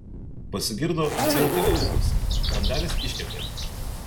pasigirdo dzingtelėjimas bandelės iškepė